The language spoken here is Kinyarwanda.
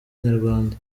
inyarwanda